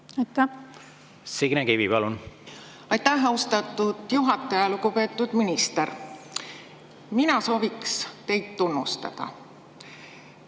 palun! Signe Kivi, palun! Aitäh, austatud juhataja! Lugupeetud minister! Mina soovin teid tunnustada.